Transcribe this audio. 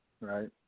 Right